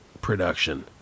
production